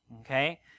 Okay